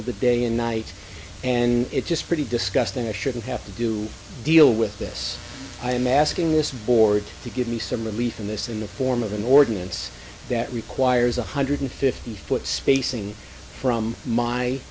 of the day and night and it's just pretty disgusting i shouldn't have to do deal with this i am asking this board to give me some relief from this in the form of an ordinance that requires one hundred fifty foot spacing from my